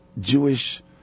Jewish